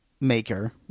maker